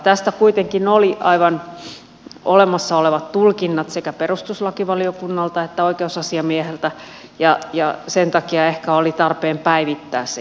tästä kuitenkin oli aivan olemassa olevat tulkinnat sekä perustuslakivaliokunnalta että oikeusasiamieheltä ja sen takia ehkä oli tarpeen päivittää se